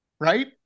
right